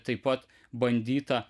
taip pat bandyta